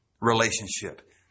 relationship